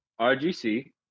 RGC